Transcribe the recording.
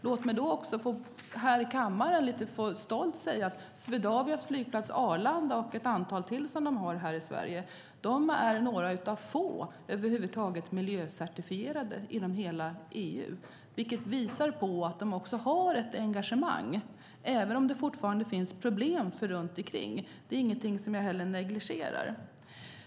Låt mig därför här i kammaren lite stolt få säga att Swedavias flygplats Arlanda och några till som de har här i Sverige är några av få inom hela EU som över huvud taget är miljöcertifierade. Det visar att Swedavia också har ett engagemang även om det fortfarande finns problem runt omkring, vilket inte är någonting som jag negligerar.